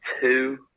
two